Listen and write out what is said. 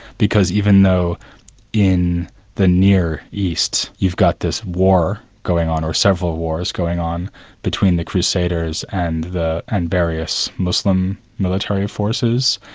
because even though in the near east you've got this war going on, or several wars going on between the crusaders and and various muslim military forces,